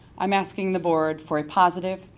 i am asking the board for positive,